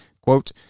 quote